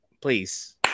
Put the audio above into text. please